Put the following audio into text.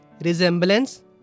resemblance